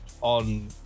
on